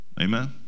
Amen